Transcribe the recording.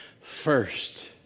first